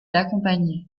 l’accompagnait